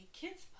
kids